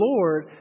Lord